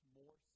more